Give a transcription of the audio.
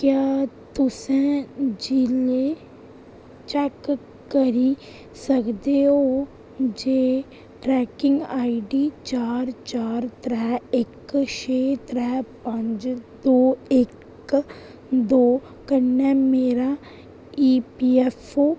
क्या तु'सें जि'ले चैक्क करी सकदे हो जे ट्रैकिंग आईडी चार चार त्रै इक शे त्रै पंज दो इक दो कन्नै मेरा ईपीऐफ्फओ